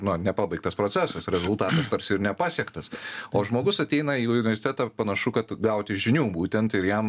na nepabaigtas procesas rezultatas tarsi ir nepasiektas o žmogus ateina į universitetą panašu kad gauti žinių būtent ir jam